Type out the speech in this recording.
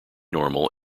normal